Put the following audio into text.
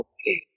Okay